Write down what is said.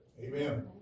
Amen